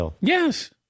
Yes